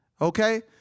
Okay